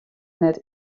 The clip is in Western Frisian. net